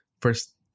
first